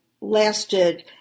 lasted